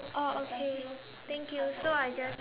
oh okay thank you so I just